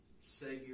Savior